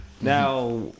Now